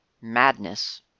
Madness